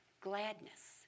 gladness